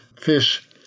fish